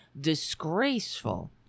disgraceful